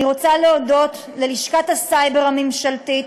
אני רוצה להודות ללשכת הסייבר הממשלתית,